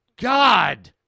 God